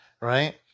right